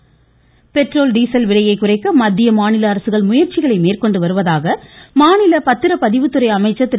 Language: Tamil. வீரமணி பெட்ரோல் டீசல் விலையை குறைக்க மத்திய மாநில அரசுகள் முயற்சிகளை மேற்கொண்டு வருவதாக மாநில பத்திரப்பதிவுத்துறை அமைச்சர் திரு